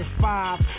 five